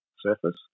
surface